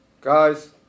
Guys